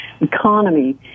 economy